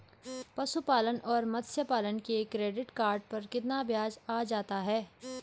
पशुपालन और मत्स्य पालन के क्रेडिट कार्ड पर कितना ब्याज आ जाता है?